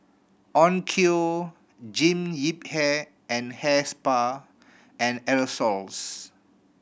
Onkyo Jean Yip Hair and Hair Spa and Aerosoles